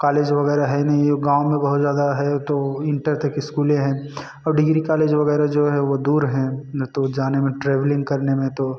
college वगैरह है नहीं गाँव में बहुत ज़्यादा है तो इंटर तक स्कूल है और डिग्री कॉलेज वगैराह जो है वह दूर हैं ना तो जाने में ट्रेवलिंग करने में तो